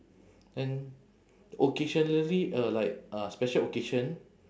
then occasionally uh like uh special occasion